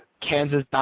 Kansas